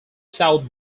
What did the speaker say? south